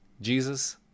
Jesus